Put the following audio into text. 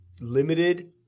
limited